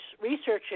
researching